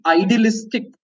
idealistic